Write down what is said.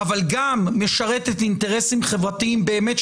אבל גם משרתת אינטרסים חברתיים באמת,